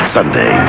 Sunday